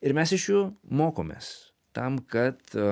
ir mes iš jų mokomės tam kad